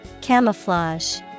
Camouflage